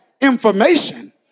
information